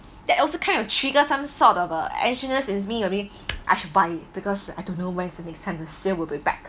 that also kind of trigger some sort of a anxiousness in me if I should buy it because I don't know when is the next sale will be back